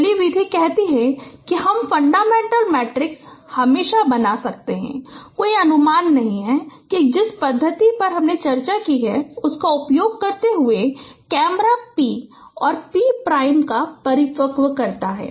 इसलिए पहली विधि कहती है कि हम फंडामेंटल मैट्रिक्स हमेशा बना सकते हैं कोई अनुमान नहीं है कि जिस पद्धति पर हमने चर्चा की उसका उपयोग करते हुए कैमरा P और P प्राइम को परिपक्व करता है